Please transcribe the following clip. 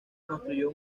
construyó